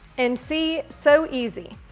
and see, so easy.